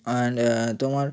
and তোমার